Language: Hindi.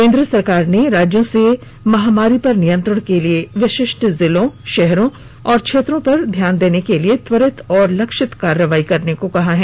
केन्द्र सरकार ने राज्यों से महामारी पर नियंत्रण के लिए विशिष्ट जिलों शहरों और क्षेत्रों पर ध्यान देने के लिए त्वरित और लक्षित कार्रवाई करने को कहा है